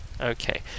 Okay